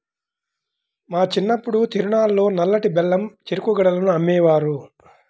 మా చిన్నప్పుడు తిరునాళ్ళల్లో నల్లటి బెల్లం చెరుకు గడలను అమ్మేవారు